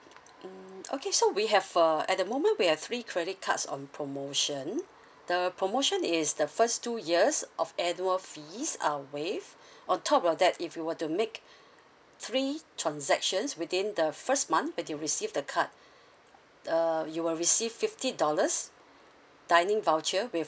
mm okay so we have uh at the moment we have three credit cards on promotion the promotion is the first two years of annual fees uh waived on top of that if you were to make three transactions within the first month that you receive the card uh you will receive fifty dollars dining voucher with